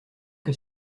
que